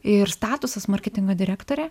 ir statusas marketingo direktorė